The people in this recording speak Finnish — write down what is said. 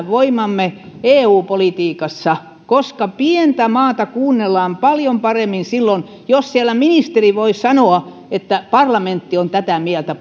voimamme eu politiikassa koska pientä maata kuunnellaan paljon paremmin silloin jos siellä ministeri voi sanoa että parlamentti on tätä mieltä